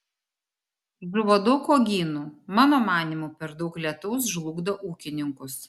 žuvo daug uogynų mano manymu per daug lietaus žlugdo ūkininkus